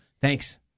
Thanks